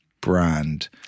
brand